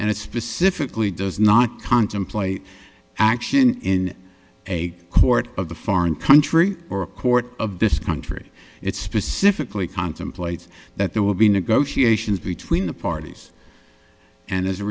and it specifically does not contemplate action in a court of the foreign country or a court of this country it specifically contemplates that there will be negotiations between the parties and as a